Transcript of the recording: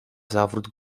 zawrót